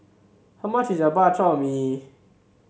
how much is a Bak Chor Mee